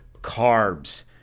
carbs